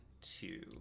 two